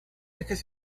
ejes